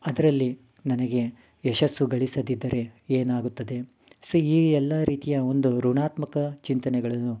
ಅದರಲ್ಲಿ ನನಗೆ ಯಶಸ್ಸು ಗಳಿಸದಿದ್ದರೆ ಏನಾಗುತ್ತದೆ ಸೊ ಈ ಎಲ್ಲ ರೀತಿಯ ಒಂದು ಋಣಾತ್ಮಕ ಚಿಂತನೆಗಳನ್ನು